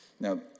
Now